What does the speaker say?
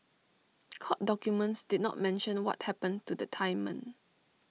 court documents did not mention what happened to the Thai men